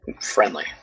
friendly